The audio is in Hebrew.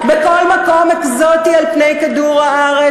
בכל מקום אקזוטי על פני כדור-הארץ,